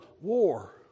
war